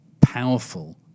powerful